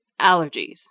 allergies